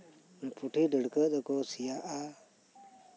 ᱯᱩᱴᱷᱤ ᱰᱟᱹᱲᱠᱟᱹ ᱫᱚᱠᱚ ᱥᱮᱭᱟᱜᱼᱟ